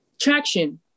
traction